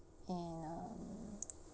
uh